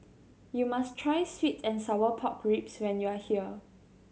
you must try sweet and sour pork ribs when you are here